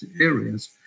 areas